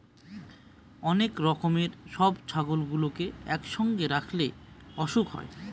অনেক রকমের সব ছাগলগুলোকে একসঙ্গে রাখলে অসুখ হয়